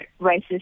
racist